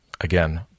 again